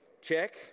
Check